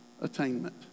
attainment